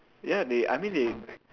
ya they I mean they